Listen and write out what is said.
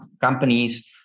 companies